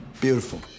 Beautiful